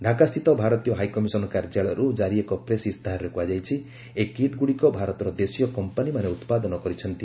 ଢାକାସ୍ଥିତ ଭାରତୀୟ high commission କାର୍ଯ୍ୟାଳୟର୍ କାରି ଏକ ପ୍ରେସ୍ ଇସ୍ତାହାରରେ କୁହାଯାଇଛି ଏହି କିଟ୍ଗୁଡ଼ିକ ଭାରତର ଦେଶୀୟ କମ୍ପାନୀମାନେ ଉତ୍ପାଦନ କରିଛନ୍ତି